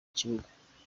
kibuga